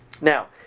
Now